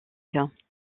physique